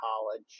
college